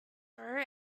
grow